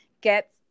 get